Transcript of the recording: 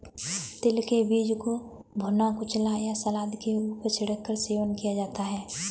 तिल के बीज को भुना, कुचला या सलाद के ऊपर छिड़क कर सेवन किया जा सकता है